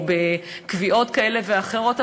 או בקביעות כאלה ואחרות,